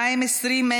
מה עם הסתייגות 20,